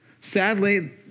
Sadly